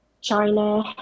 China